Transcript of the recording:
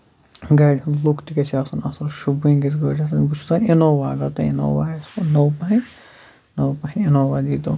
گاڑِ ہُند لُک تہِ گژھِ آسُن اَصٕل شوٗبوٕنۍ گژھِ گٲڑۍ آسٕنۍ بہٕ چھُس وَنان اِنووا اَگر تۄہہِ اِنووا آسہِٕ نو پَہم نو پَہم اِنووا دیٖتو